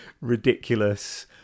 ridiculous